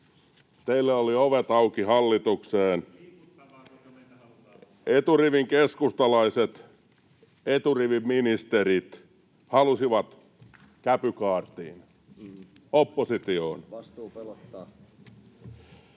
meitä halutaan mukaan!] Eturivin keskustalaiset, eturivin ministerit halusivat käpykaartiin, oppositioon